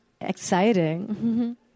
exciting